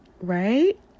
right